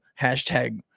hashtag